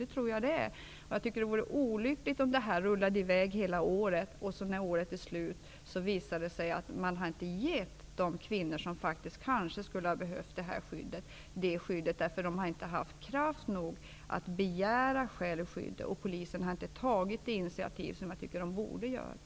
Det vore olyckligt om denna verksamhet rullade på under hela året och om det sedan visade sig att man inte har gett de kvinnor livvaktsskydd som kanske skulle ha behövt det på grund av att dessa kvinnor inte har haft kraft nog att begära skyddet och att polisen inte har tagit det initiativ som jag tycker att de borde ta.